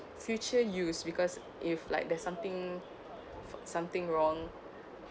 future use because if like there's something for something wrong